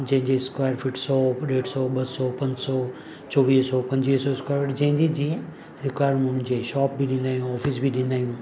जंहिंजी square feet सौ खां ॾेढि सौ ॿ सौ पंज सौ चोवीह सौ पंजवीह सौ स्क्वायर फिट जंहिंजी जीअं रिक्वायरमेंट हुजे शॉप बि ॾींदा आहियूं ऑफ़िस बि ॾींदा आहियूं